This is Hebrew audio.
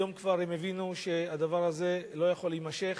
היום כבר הבינו שהדבר הזה לא יכול להימשך,